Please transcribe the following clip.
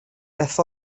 beth